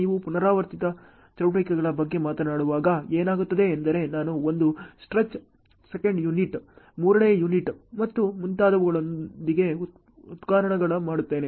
ನೀವು ಪುನರಾವರ್ತಿತ ಚಟುವಟಿಕೆಗಳ ನೀವು ಉಳಿಸಿಕೊಂಡಾಗ ಏನಾಗುತ್ತದೆ ಎಂದರೆ ನಾನು ಒಂದು ಸೆಕೆಂಡ್ ಯುನಿಟ್ ಮೂರನೇ ಯುನಿಟ್ ಮತ್ತು ಮುಂತಾದವುಗಳೊಂದಿಗೆ ಉತ್ಪನ್ನ ಮಾಡುತ್ತಿದ್ದೇನೆ